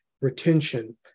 retention